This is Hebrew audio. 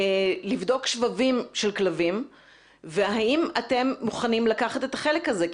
ולבדוק שבבים של כלבים והאם אתם מוכנים לקחת את החלק הזה,